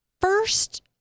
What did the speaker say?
first